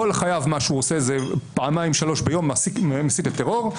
כל חייו מה שהוא עושה זה פעמיים-שלוש ביום מסית לטרור.